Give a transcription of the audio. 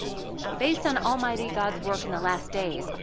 based on almighty god's work in the last days,